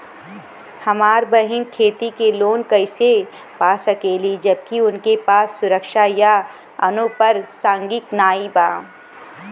हमार बहिन खेती के लोन कईसे पा सकेली जबकि उनके पास सुरक्षा या अनुपरसांगिक नाई बा?